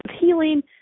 healing